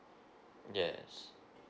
yes